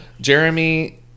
Jeremy